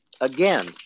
again